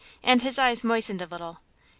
and his eyes moistened a little.